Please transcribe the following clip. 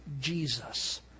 Jesus